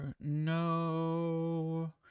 No